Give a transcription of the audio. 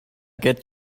get